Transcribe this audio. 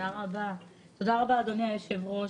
תודה רבה, אדוני היושב-ראש,